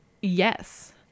yes